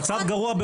מצב גרוע ביותר.